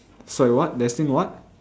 sorry what destined what